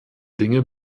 dinge